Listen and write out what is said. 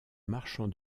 marchand